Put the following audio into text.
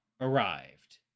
arrived